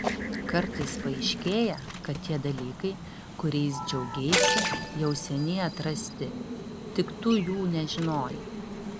kartais paaiškėja kad tie dalykai kuriais džiaugeisi jau seniai atrasti tik tu jų nežinojai